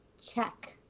check